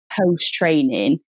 post-training